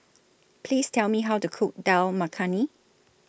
Please Tell Me How to Cook Dal Makhani